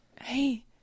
Hey